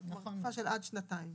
בתקופה של עד שנתיים.